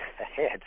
ahead